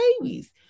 babies